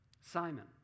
Simon